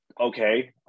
okay